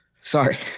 Sorry